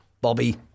Bobby